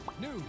news